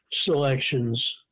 selections